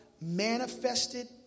manifested